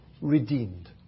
redeemed